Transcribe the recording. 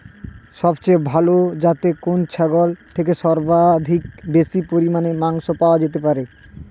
সবচেয়ে ভালো যাতে কোন ছাগল থেকে সর্বাধিক বেশি পরিমাণে মাংস পাওয়া যেতে পারে?